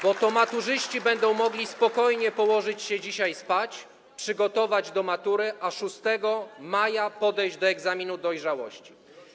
Bo to maturzyści będą mogli spokojnie położyć się dzisiaj spać, przygotować się do matury, a 6 maja podejść do egzaminu dojrzałości.